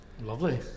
Lovely